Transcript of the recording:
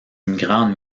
immigrants